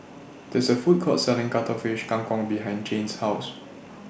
This IS A Food Court Selling Cuttlefish Kang Kong behind Jane's House